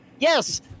yes